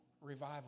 revival